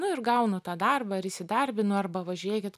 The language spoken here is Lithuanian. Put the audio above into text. nu ir gaunu tą darbą ir įsidarbinu arba va žiūrėkit